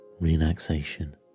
relaxation